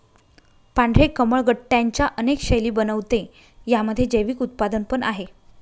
पांढरे कमळ गट्ट्यांच्या अनेक शैली बनवते, यामध्ये जैविक उत्पादन पण आहे